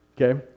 Okay